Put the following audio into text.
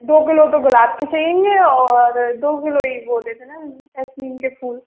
दो किलो तो गुलाब के चाहिए और दो किलो वो ये दे देना जेसमीन के चहिए फूल